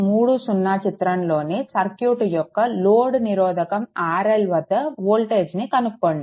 30 చిత్రంలోని సర్క్యూట్ యొక్క లోడ్ నిరోధకం RL వద్ద వోల్టేజ్ని కనుక్కోండి